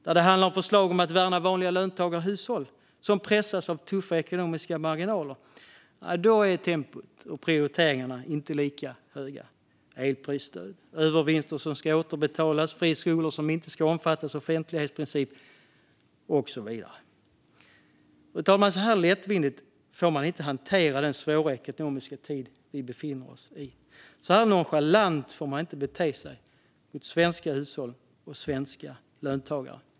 När det handlar om förslag om att värna vanliga löntagare och hushåll som pressas av tuffa ekonomiska marginaler, då är tempot och prioriteringarna inte lika höga - elprisstöd, övervinster som ska återbetalas, friskolor som inte ska omfattas av offentlighetsprincipen och så vidare. Fru talman! Så här lättvindigt får man inte hantera den svåra ekonomiska tid vi befinner oss i. Så här nonchalant får man inte bete sig mot svenska hushåll och svenska löntagare.